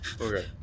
Okay